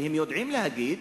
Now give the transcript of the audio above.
והם יודעים להגיד,